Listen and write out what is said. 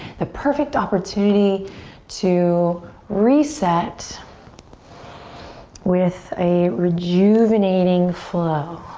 the perfect opportunity to reset with a rejuvenating flow.